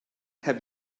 have